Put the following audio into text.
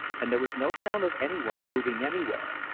and there was no sound of any one moving anywhere.